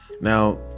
Now